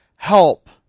help